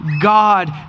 God